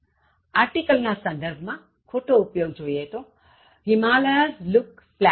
article ના સંદર્ભ માં ખોટો ઉપયોગ Himalayas look splendid